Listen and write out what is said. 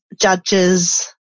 judges